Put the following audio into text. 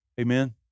Amen